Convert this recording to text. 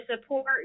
support